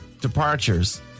departures